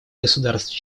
государств